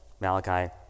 Malachi